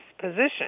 position